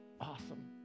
Awesome